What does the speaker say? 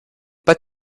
pas